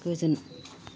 गोजोन